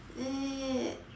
ya